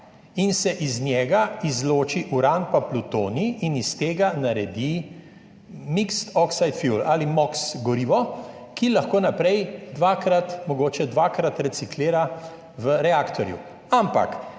in se iz njega izločita uran pa plutonij in iz tega naredi Mixed Oxide Fuel ali gorivo MOX, ki se lahko naprej mogoče dvakrat reciklira v reaktorju.